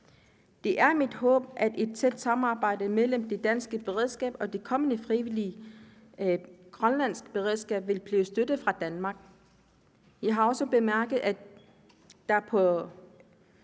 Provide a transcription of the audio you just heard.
Det er mit håb, at et tæt samarbejde mellem det danske beredskab og det kommende frivillige grønlandske beredskab vil blive støttet af Danmark. Vi har også bemærket, at der på